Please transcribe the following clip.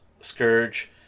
Scourge